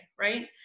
right